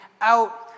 out